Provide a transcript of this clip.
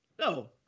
no